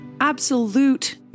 absolute